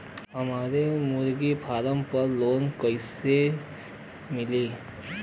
हमरे मुर्गी फार्म पर लोन कइसे मिली?